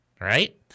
right